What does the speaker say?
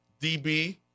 DB